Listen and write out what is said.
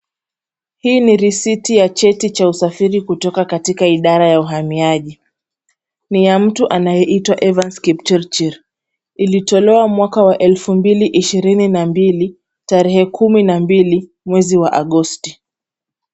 Hii ni risiti ya cheti cha usafiri kutoka katika idara ya uhamiaji. Ni ya mtu anayeitwa Evans Kipchirchir. Ilitolewa mwaka wa elfu mbili ishirini na mbili, tarehe kumi na mbili mwezi wa Agosti.